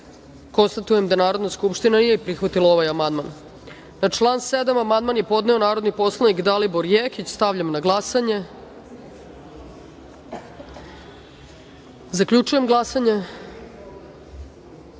poslanika. Narodna skupština nije prihvatila ovaj amandman. Na član 7. amandman je podneo narodni poslanik Uroš Đokić. Stavljam na glasanje. Zaključujem glasanje: